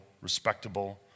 respectable